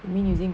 mean using